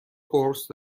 قرص